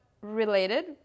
related